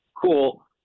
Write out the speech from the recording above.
Cool